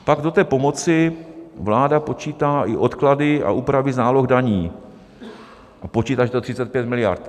Pak do té pomoci vláda počítá i odklady a úpravy záloh daní a počítá, že to je 35 miliard.